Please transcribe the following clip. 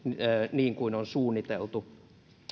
niin kuin on suunniteltu